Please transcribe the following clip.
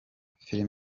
film